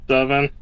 Seven